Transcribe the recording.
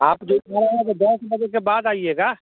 आप जो थोड़ा दस बजे के बाद आइएगा